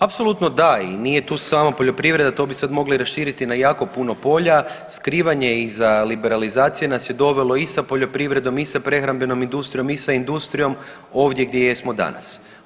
Apsolutno da i nije tu samo poljoprivreda to bi sad mogli raširiti na jako puno polja, skrivanje iza liberalizacije nas je dovelo i sa poljoprivredom i sa prehrambenom industrijom i sa industrijom ovdje gdje jesmo danas.